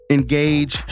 Engage